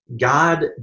God